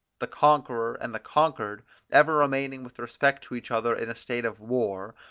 the conqueror and the conquered ever remaining with respect to each other in a state of war,